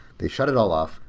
they shut it all off.